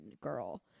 girl